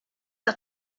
are